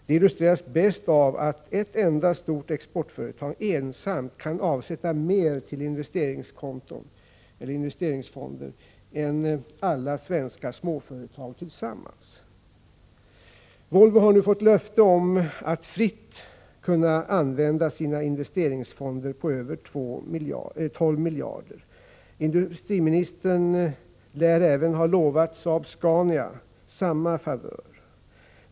Det illustreras bäst av att ett enda stort exportföretag ensamt kan avsätta mer till investeringskonto än alla svenska småföretag tillsammans. Volvo har nu fått löfte om att fritt kunna använda sina investeringsfonder på över 12 miljarder. Industriministern lär även ha lovat Saab-Scania samma favör.